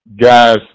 guys